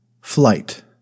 Flight